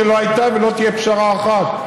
ולא הייתה ולא תהיה פשרה אחת,